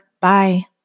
Bye